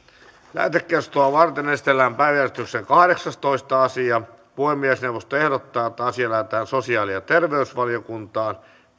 lähetekeskustelua varten esitellään päiväjärjestyksen kahdeksastoista asia puhemiesneuvosto ehdottaa että asia lähetetään sosiaali ja terveysvaliokuntaan